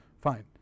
fine